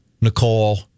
Nicole